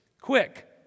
quick